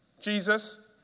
Jesus